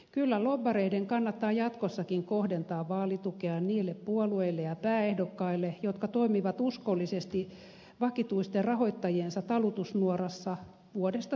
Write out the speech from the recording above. kyllä lobbareiden kannattaa jatkossakin kohdentaa vaalitukeaan niille puolueille ja pääehdokkaille jotka toimivat uskollisesti vakituisten rahoittajiensa talutusnuorassa vuodesta toiseen